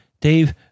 dave